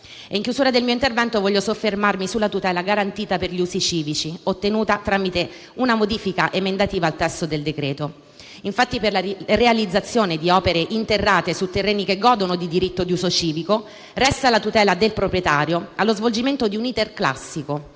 In chiusura del mio intervento, voglio soffermarmi sulla tutela garantita per gli usi civici, ottenuta tramite una modifica emendativa al testo del decreto-legge. Infatti, per la realizzazione di opere interrate su terreni che godono di diritto di uso civico, resta la tutela del proprietario allo svolgimento di un *iter* classico